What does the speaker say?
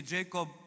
Jacob